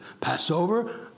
Passover